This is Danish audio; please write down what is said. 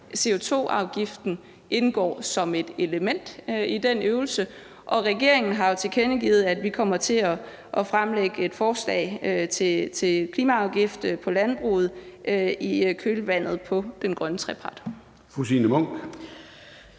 det. CO2-afgiften indgår som et element i den øvelse, og regeringen har jo tilkendegivet, at vi kommer til at fremlægge et forslag til en klimaafgift på landbruget i kølvandet på den grønne trepart.